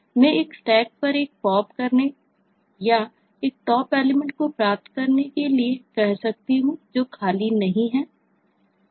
मैं एक स्टैक पर एक Pop करने या एक Top एलिमेंट को प्राप्त करने के लिए कह सकता हूं जो खाली नहीं है